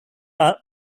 are